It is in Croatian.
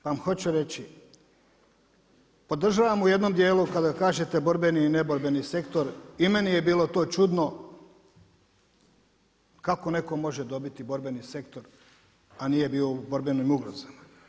Pa vam hoću reći podržavam u jednom dijelu kada kažete borbeni i neborbeni sektor i meni je bilo to čudno kakao neko može dobiti borbeni sektor, a nije bio u borbenim ugrozama.